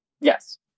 Yes